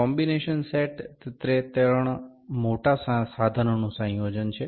combination set તે ત્રણ મોટા સાધનોનું સંયોજન છે